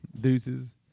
Deuces